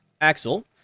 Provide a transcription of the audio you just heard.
Axel